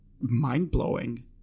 mind-blowing